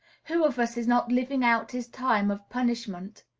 who of us is not living out his time of punishment?